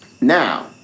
now